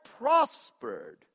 prospered